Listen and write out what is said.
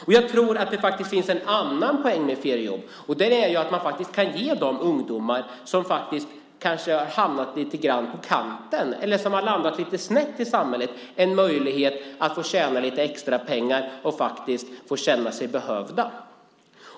Och jag tror att det finns en annan poäng med feriejobb. Det är att man faktiskt kan ge de ungdomar som kanske har hamnat lite snett i samhället en möjlighet att få tjäna lite extra pengar och känna sig behövda.